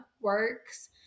works